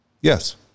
Yes